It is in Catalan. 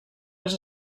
les